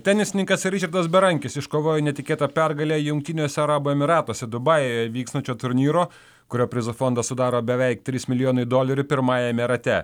tenisininkas ričardas berankis iškovojo netikėtą pergalę jungtiniuose arabų emyratuose dubajuje vykstančio turnyro kurio prizų fondą sudaro beveik trys milijonai dolerių pirmajame rate